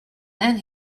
then